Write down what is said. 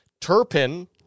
Turpin